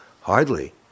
hardly